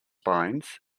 spines